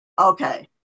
Okay